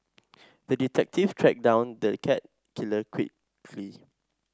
the detective tracked down the cat killer quickly